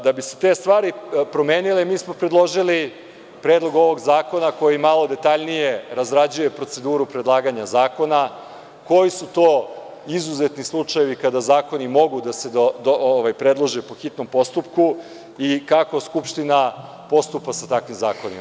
Da bi se te stvari promenile, mi smo predložili Predlog ovog zakona, koji malo detaljnije razrađuje proceduru predlaganje zakona - koji su to izuzetni slučajevi kada zakoni mogu da se predlože po hitnom postupku i kako skupština postupa sa takvim zakonima.